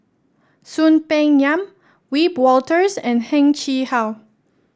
Soon Peng Yam Wiebe Wolters and Heng Chee How